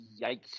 Yikes